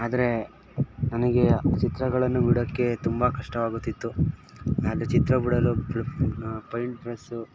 ಆದರೆ ನನಗೆ ಚಿತ್ರಗಳನ್ನು ಬಿಡೋಕ್ಕೆ ತುಂಬ ಕಷ್ಟವಾಗುತಿತ್ತು ಆದರೆ ಚಿತ್ರ ಬಿಡಲು ಪೈಂಟ್ ಬ್ರಸ್ಸು